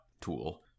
tool